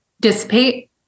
dissipate